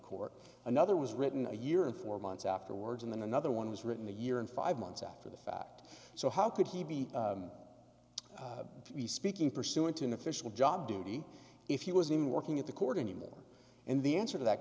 court another was written a year and four months afterwards and then another one was written a year and five months after the fact so how could he be speaking pursuant to an official job duty if he was even working at the court any more and the answer to that